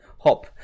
hop